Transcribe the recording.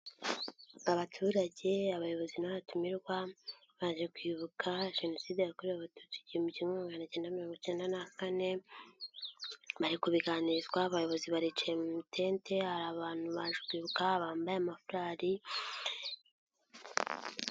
Abaturage, abayobozi n'abatumirwa, baje kwibuka Jenoside yakorewe Abatutsi igihumbi kimwe magana kenda mirongo ikenda na kane, bari kubiganirizwa, abayobozi baricaye mu itente, hari abantu baje kwibuka bambaye amafurari.